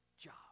job